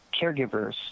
caregivers